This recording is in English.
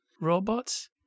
Robots